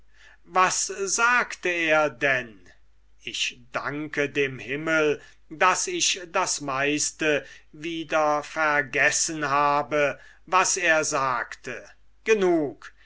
was sagte er denn ich danke dem himmel daß ich das meiste wieder vergessen habe was er sagte genug